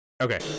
Okay